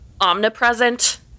omnipresent